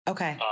Okay